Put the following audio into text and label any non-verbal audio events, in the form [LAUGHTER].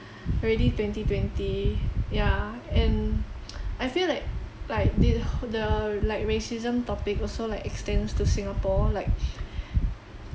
already twenty twenty ya and [NOISE] I feel like like thi~ wh~ the r~ like racism topic also like extends to singapore like